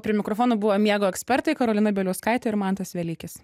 prie mikrofono buvo miego ekspertai karolina bieliauskaitė ir mantas velykis